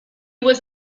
was